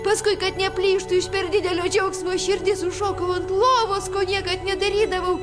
paskui kad neplyštų iš didelio džiaugsmo širdis užšokau ant lovos ko niekad nedarydavau